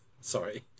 Sorry